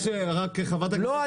רק חברת הכנסת -- לא.